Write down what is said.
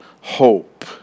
hope